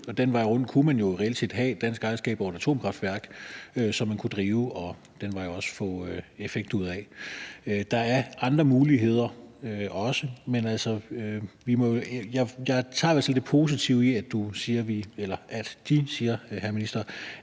og den vej rundt kunne man jo reelt set have et dansk ejerskab til et atomkraftværk, som man kunne drive og ad den vej også få effekt ud af. Der er andre muligheder også; men jeg tager sådan det lidt positive i, at ministeren siger, at vi kan